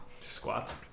squats